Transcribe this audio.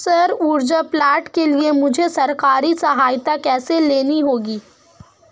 सौर ऊर्जा प्लांट के लिए मुझे सरकारी सहायता कैसे लेनी होगी?